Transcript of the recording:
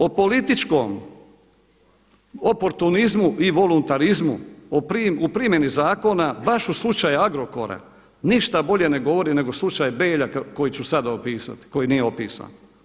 O političkom oportunizmu i voluntarizmu u primjeni zakona baš u slučaju Agrokora, ništa bolje ne govori nego slučaj Belja koji ću sada opisati, koji nije opisan.